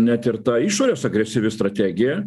net ir ta išorės agresyvi strategija